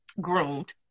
groomed